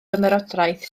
ymerodraeth